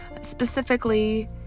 specifically